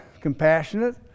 compassionate